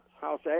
House